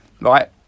right